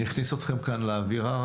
אני אכניס אתכם כאן לאווירה.